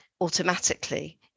automatically